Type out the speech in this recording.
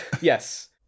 Yes